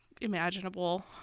imaginable